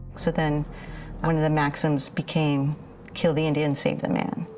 so then one of the maxims became kill the indian, save the man.